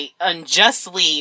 Unjustly